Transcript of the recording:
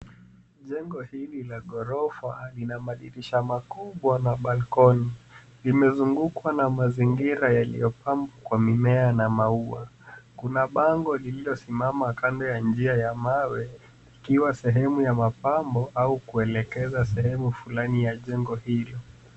Jengo hili la ghorofa lina madirisha makubwa na balcony . Limezungukwa na mazingira yaliyopambwa kwa mimea na maua. Kuna bango lililo simama kando ya njia ya mawe ikiwa ni sehemu ya mapambo au kuelekeza sehemu fulani ya jengo hilo.